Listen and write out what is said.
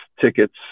tickets